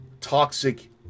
toxic